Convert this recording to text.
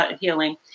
Healing